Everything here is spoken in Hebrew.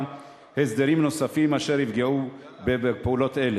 הסדרים נוספים אשר יפגעו בפעולות אלה.